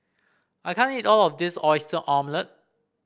I can't eat all of this Oyster Omelette